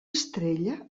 estrella